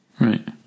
Right